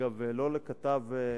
אגב לא לכתב "מעריב"